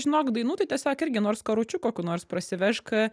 žinok dainų tai tiesiog irgi nors karučiu kokiu nors prasivešk